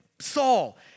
Saul